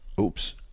oops